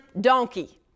donkey